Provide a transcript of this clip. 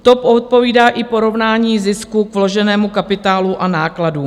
To odpovídá i porovnání zisku k vloženému kapitálu a nákladům.